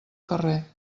carrer